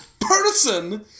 person